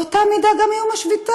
באותה מידה גם איום השביתה,